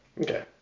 Okay